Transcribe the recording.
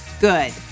Good